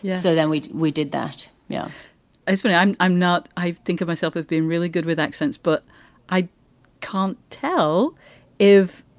yeah so then we we did that yeah you so know, i'm i'm not i think of myself, we've been really good with accents, but i can't tell if.